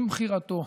עם בחירתו,